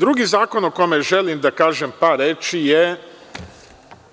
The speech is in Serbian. Drugi zakon o kome želim da kažem par reči je